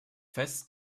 fest